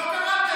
בוודאי שכן.